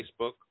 Facebook